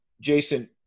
Jason